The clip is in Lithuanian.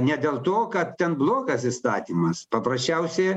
ne dėl to kad ten blogas įstatymas paprasčiausia